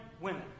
women